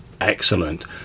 excellent